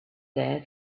there